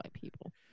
people